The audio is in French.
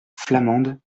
flamande